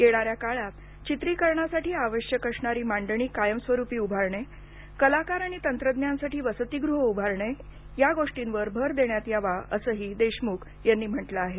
येणाऱ्या काळात चित्रीकरणासाठी आवश्यक असणारी मांडणी कायमस्वरुपी उभारणे कलाकार आणि तंत्रज्ञांसाठी वसतीगृहे उभारणे यावर भर देण्यात यावा असंही देशमुख यांनी म्हटलं आहे